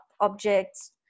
objects